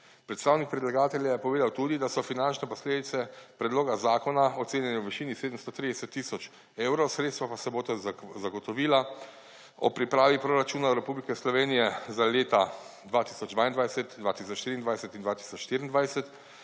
Predstavnik predlagatelja je povedal tudi, da so finančne posledice predloga zakona ocenjene v višini 730 tisoč evrov, sredstva pa se bodo zagotovila ob pripravi proračuna Republike Slovenije za leta 2022, 2023 in 2024